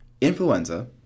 Influenza